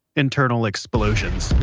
internal explosions.